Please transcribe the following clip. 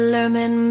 Lerman